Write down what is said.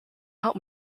help